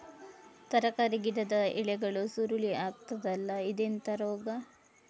ತರಕಾರಿ ಗಿಡದ ಎಲೆಗಳು ಸುರುಳಿ ಆಗ್ತದಲ್ಲ, ಇದೆಂತ ರೋಗ?